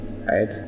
right